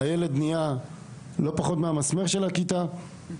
הילד נהיה לא פחות ממסמר הכיתה.